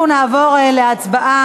אנחנו נעבור להצבעה,